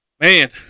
Man